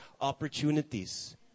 Opportunities